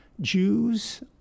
Jews